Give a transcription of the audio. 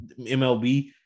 MLB